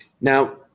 Now